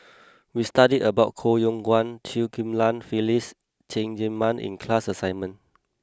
we studied about Koh Yong Guan Chew Ghim Lian Phyllis Cheng Tsang Man in class assignment